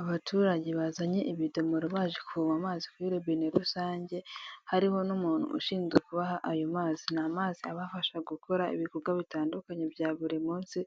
Abaturage bazanye ibidomoro baje kuvoma amazi kuri robine rusange, hariho n'umuntu ushinzwe kubaha ayo mazi. Ni amazi abafasha gukora ibikorwa bitandukanye bya buri munsi,